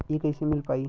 इ कईसे मिल पाई?